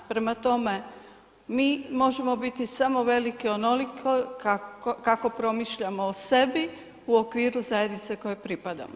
Prema tome, mi možemo biti samo veliki onoliko kako promišljamo o sebi u okviru zajednice u kojoj pripadamo.